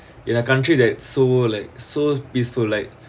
in a country that so like so peaceful like